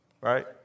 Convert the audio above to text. Right